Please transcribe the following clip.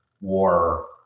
war